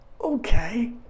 Okay